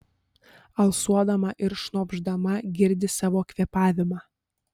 alsuodama ir šnopšdama girdi savo kvėpavimą